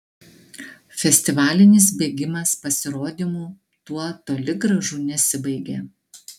festivalinis bėgimas pasirodymu tuo toli gražu nesibaigė